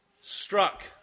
struck